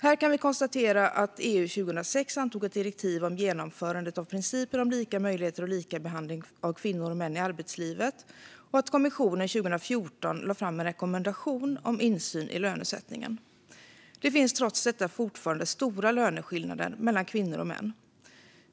Här kan vi konstatera att EU år 2006 antog ett direktiv om genomförandet av principen om lika möjligheter och likabehandling av kvinnor och män i arbetslivet och att kommissionen 2014 lade fram en rekommendation om insyn i lönesättningen. Det finns trots detta fortfarande stora löneskillnader mellan kvinnor och män.